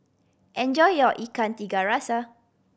enjoy your Ikan Tiga Rasa